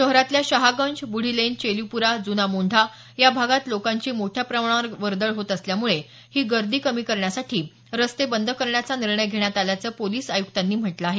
शहरातल्या शहागंज बुढीलेन चेलीपुरा जुना मोंढा या भागात लोकांची मोठ्या प्रमाणावर वर्दळ होत असल्यामुळे ही गर्दी कमी करण्यासाठी रस्ते बंद करण्याचा निर्णय घेण्यात आल्याचं पोलिस आयुक्तांनी म्हटलं आहे